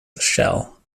shell